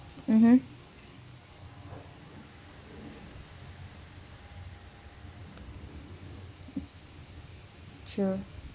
mmhmm true